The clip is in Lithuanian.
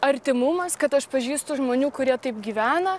artimumas kad aš pažįstu žmonių kurie taip gyvena